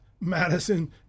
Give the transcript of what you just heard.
Madison